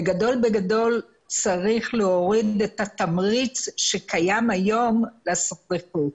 בגדול בגדול צריך להוריד את התמריץ שקיים היום לשריפות.